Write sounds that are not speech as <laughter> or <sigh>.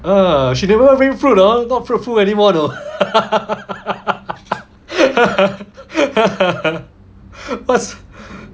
ah she forget to bring fruit hor not fruitful anymore though <laughs> cause